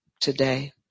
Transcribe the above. today